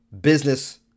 business